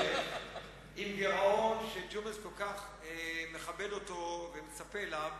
עם הגירעון שג'ומס כל כך מכבד אותו ומצפה לו,